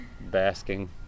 basking